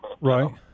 Right